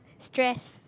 stress